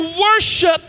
worship